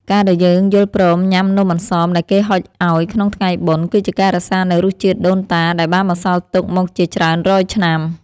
ការដែលយើងយល់ព្រមញ៉ាំនំអន្សមដែលគេហុចឱ្យក្នុងថ្ងៃបុណ្យ គឺជាការរក្សានូវរសជាតិដូនតាដែលបានបន្សល់ទុកមកជាច្រើនរយឆ្នាំ។